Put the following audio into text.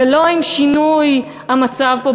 ולא עם שינוי המצב פה,